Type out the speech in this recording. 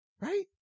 right